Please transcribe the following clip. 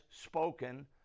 spoken